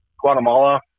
guatemala